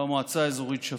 במועצה האזורית שפיר.